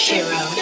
Hero